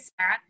Sarah